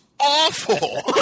awful